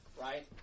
Right